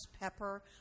pepper